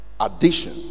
addition